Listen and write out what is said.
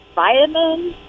vitamins